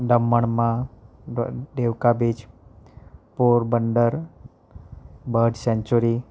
દમણમાં દ Devka beach Porbandar bird century